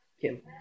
Kim